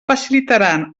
facilitaran